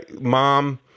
mom